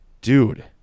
dude